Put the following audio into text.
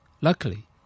Luckily